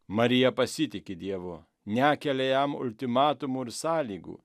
marija pasitiki dievu nekelia jam ultimatumų ir sąlygų